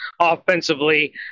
offensively